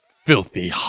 Filthy